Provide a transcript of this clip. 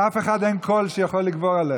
לאף אחד אין קול שיכול לגבור עליך.